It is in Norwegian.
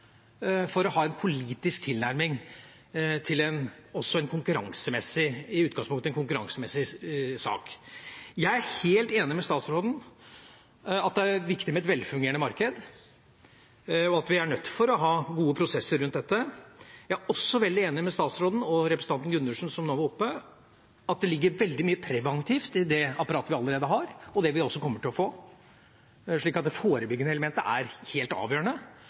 for å ha en politisk tilnærming også til en i utgangspunktet konkurransemessig sak. Jeg er helt enig med statsråden i at det er viktig med et velfungerende marked, og at vi er nødt til å ha gode prosesser rundt dette. Jeg er også veldig enig med statsråden og representanten Gundersen, som nå var oppe, i at det ligger veldig mye preventivt i det apparatet vi allerede har, og det vi også kommer til å få, og at det forebyggende elementet er helt avgjørende.